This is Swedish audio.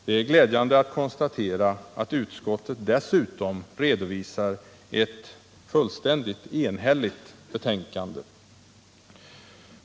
Det är glädjande att konstatera att utskottet dessutom redovisar ett fullständigt enhälligt betänkande.